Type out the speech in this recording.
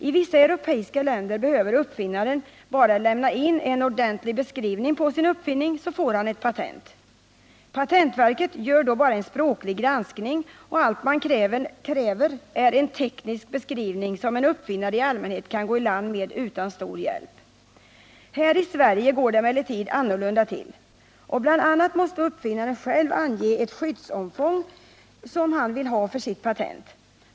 I vissa europeiska länder behöver uppfinnaren bara lämna in en ordentlig beskrivning på sin uppfinning, så får han ett patent. Patentverket gör då bara en språklig granskning, och allt man kräver är en teknisk beskrivning, som en uppfinnare i allmänhet kan gå i land med utan stor hjälp. Här i Sverige går det emellertid annorlunda till, och bl.a. måste uppfinnaren själv ange ett skyddsomfång, som han vill ha för sitt patent.